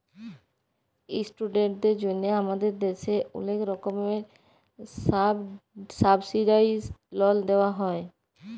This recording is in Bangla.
ইশটুডেন্টদের জন্হে হামাদের দ্যাশে ওলেক রকমের সাবসিডাইসদ লন পাওয়া যায়